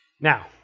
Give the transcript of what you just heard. Now